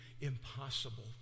impossible